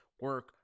Work